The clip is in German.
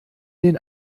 den